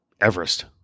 Everest